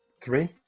three